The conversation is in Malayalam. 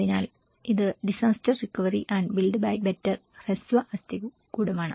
അതിനാൽ ഇത് disaster recovery and build back better ഹ്രസ്വ അസ്ഥികൂടമാണ്